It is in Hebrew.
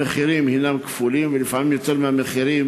המחירים כפולים ולפעמים יותר מהמחירים